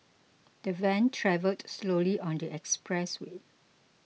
the van travelled slowly on the expressway